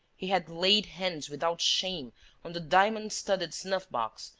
he had laid hands without shame on the diamond-studded snuff-box,